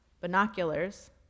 binoculars